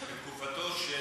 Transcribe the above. בתקופתו של